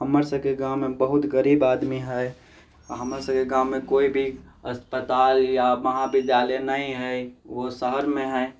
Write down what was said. हमर सबके गाममे बहुत गरीब आदमी हइ हमर सबके गाममे कोइ भी अस्पताल या महाविद्यालय नहि हइ ओ शहरमे हइ